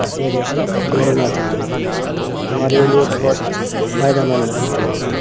اسی وجہ سے دوڑنا چاہیے ہمارے لیے بہت فائدہ مند ہے دوڑنا